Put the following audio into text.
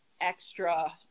extra